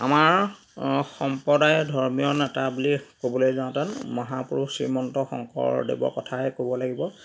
আমাৰ সম্প্ৰদায়ৰ ধৰ্মীয় নেতা বুলি ক'বলৈ যাওঁতে মহাপুৰুষ শ্ৰীমন্ত শংকৰদেৱৰ কথাই ক'ব লাগিব